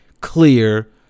Clear